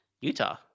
Utah